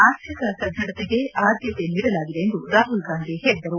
ಆರ್ಥಿಕ ಸದೃಡತೆಗೆ ಆಧ್ಯಕೆ ನೀಡಲಾಗಿದೆ ಎಂದು ರಾಹುಲ್ಗಾಂಧಿ ಹೇಳಿದರು